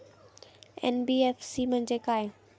NBFC म्हणजे काय?